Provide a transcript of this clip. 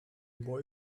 boy